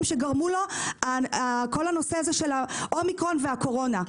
שגרם לו כל הנושא הזה של האומיקרון והקורונה.